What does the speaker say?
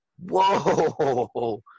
Whoa